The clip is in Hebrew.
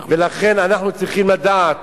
ולכן אנחנו צריכים לדעת